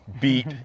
beat